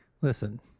Listen